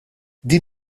din